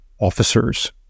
officers